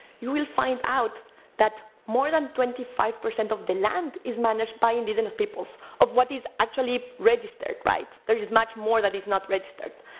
you will find out that more than twenty five percent of the land is managed by indigenous peoples, of what is actually registered, right? there is much more that is not registered.